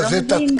אתה לא מבין?